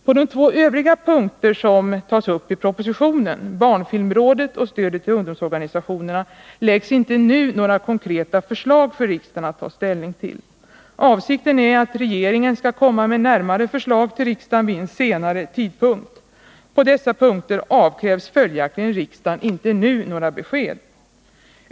På de två övriga punkter som tas upp i propositionen — barnfilmrådet och stödet till ungdomsorganisationerna — läggs inte nu några konkreta förslag fram för riksdagen att ta ställning till. Avsikten är att regeringen skall komma med närmare förslag till riksdagen vid en senare tidpunkt. På dessa punkter avkrävs följaktligen riksdagen inte nu några besked.